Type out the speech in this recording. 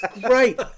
great